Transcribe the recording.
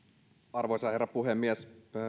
arvoisa herra puhemies